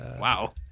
Wow